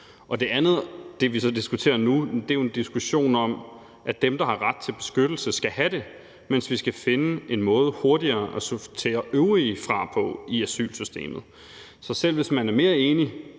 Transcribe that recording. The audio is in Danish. Det andet – det, vi så diskuterer nu – er jo en diskussion om, at dem, der har ret til beskyttelse, skal have det, mens vi skal finde en måde hurtigere at sortere øvrige fra på i asylsystemet. Så selv hvis man er mere enig